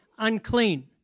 unclean